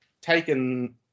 taken